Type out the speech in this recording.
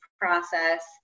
process